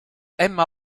emma